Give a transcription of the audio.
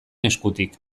eskutik